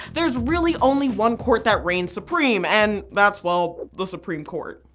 there's really only one court that reigns supreme, and that's, well the supreme court.